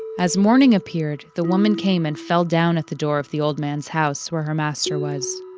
as morning appeared, the woman came and fell down at the door of the old man's house where her master was